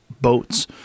boats